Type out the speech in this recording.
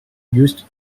used